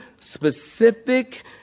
specific